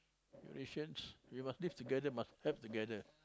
Eurasians we must live together must help together